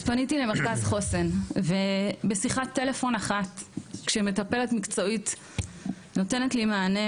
אז פניתי למרכז חוסן ובשיחת טלפון אחת כשמטפלת מקצועית נותנת לי מענה,